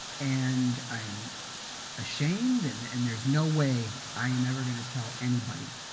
and i'm ashamed, and and there's no way i am ever going to tell anybody